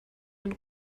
den